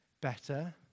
better